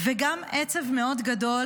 וגם עצב מאוד גדול